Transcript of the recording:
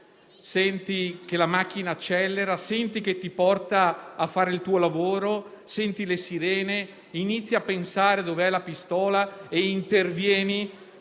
senti che la macchina accelera e ti porta a fare il tuo lavoro, senti le sirene; inizi a pensare dov'è la pistola e intervieni